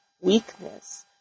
weakness